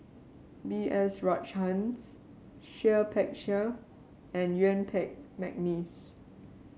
B S Rajhans Seah Peck Seah and Yuen Peng McNeice